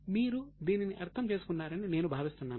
మీరు దీనిని అర్థం చేసుకున్నారని నేను భావిస్తున్నాను